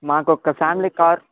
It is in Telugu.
మాకొక్క ఫ్యామిలీ కార్